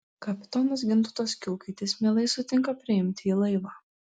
kapitonas gintautas kiulkaitis mielai sutinka priimti į laivą